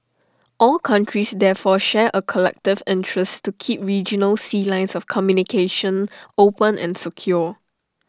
all countries therefore share A collective interest to keep regional sea lines of communication open and secure